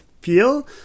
feel